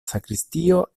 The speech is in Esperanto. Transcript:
sakristio